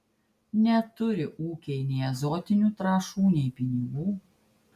neturi ūkiai nei azotinių trąšų nei pinigų